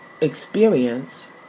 experience